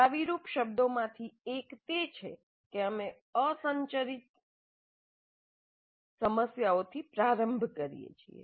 ચાવીરૂપ શબ્દોમાંથી એક તે છે કે અમે અસંરચિત સમસ્યાઓથી પ્રારંભ કરીએ છીએ